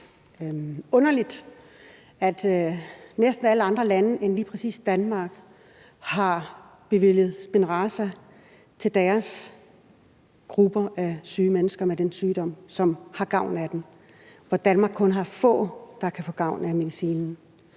underligt, at næsten alle andre lande end lige præcis Danmark har bevilget Spinraza til deres grupper af syge mennesker med den sygdom, som har gavn af den, hvor Danmark kun har få, der kan få gavn af medicinen?